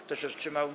Kto się wstrzymał?